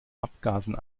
abgasen